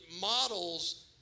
models